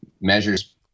measures